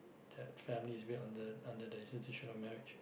that family is built under under the institution of marriage